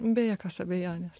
be jokios abejonės